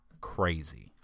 Crazy